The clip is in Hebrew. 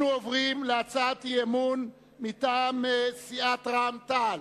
אנחנו עוברים להצעת אי-אמון מטעם סיעת רע"ם-תע"ל.